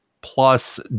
plus